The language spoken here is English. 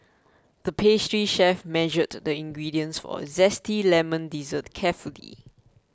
the pastry chef measured the ingredients for a Zesty Lemon Dessert carefully